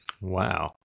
Wow